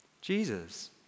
Jesus